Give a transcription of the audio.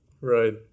Right